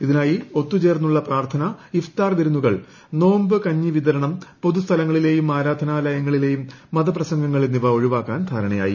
ഇതിനായി ഒത്തുചേർന്നുള്ള പ്രാർത്ഥന ഇഫ്താർവിരുന്നുകൾ നോമ്പ് പൊതുസ്ഥലങ്ങളിലെയും കഞ്ഞിവിതരണം ആരാധനാലയങ്ങളിലെയും മതപ്രസംഗങ്ങൾ എന്നിവ ഒഴിവാക്കാൻ ധാരണയായി